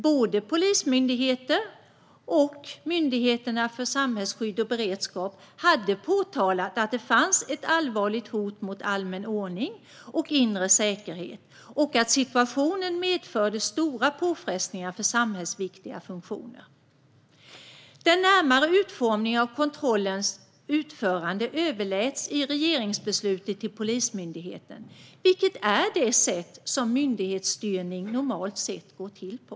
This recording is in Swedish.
Både Polismyndigheten och Myndigheten för samhällsskydd och beredskap hade påtalat att det fanns ett allvarligt hot mot allmän ordning och inre säkerhet och att situationen medförde stora påfrestningar för samhällsviktiga funktioner. Den närmare utformningen av kontrollernas utförande överläts i regeringsbeslutet till Polismyndigheten, vilket är det sätt som myndighetsstyrning normalt sett går till på.